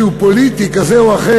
כשהיה מגיע אלי מישהו פוליטי כזה או אחר,